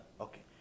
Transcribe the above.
Okay